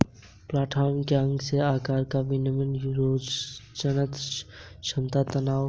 plant hormone में अंग के आकार का विनियमन रोगज़नक़ रक्षा तनाव सहिष्णुता शामिल है